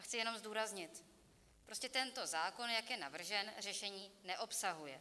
Chci jenom zdůraznit tento zákon, jak je navržen, řešení neobsahuje.